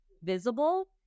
visible